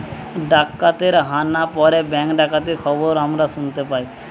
ডাকাতের হানা পড়ে ব্যাঙ্ক ডাকাতির খবর আমরা শুনতে পাই